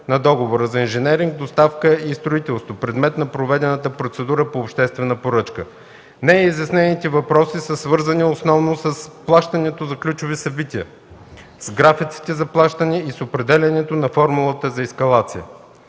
на договора за инженеринг, доставка и строителство – предмет на проведената процедура по обществена поръчка. Неизяснените въпроси са свързани основно с плащането за ключови събития, с графиците за плащане и с определянето на формулата за ескалация.